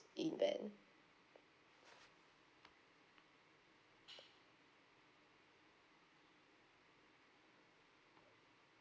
event